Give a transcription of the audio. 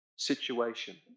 situation